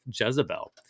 Jezebel